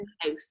house